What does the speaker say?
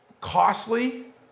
Costly